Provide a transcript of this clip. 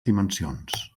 dimensions